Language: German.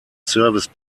service